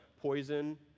poison